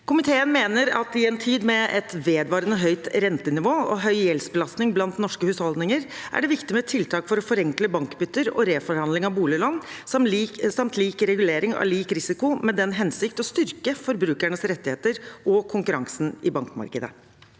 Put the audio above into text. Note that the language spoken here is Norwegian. Komiteen mener at det i en tid med et vedvarende høyt rentenivå og høy gjeldsbelastning i norske husholdninger er viktig med tiltak for å forenkle bankbytter og reforhandling av boliglån samt lik regulering av lik risiko, med den hensikt å styrke forbrukernes rettigheter og konkurransen i bankmarkedet.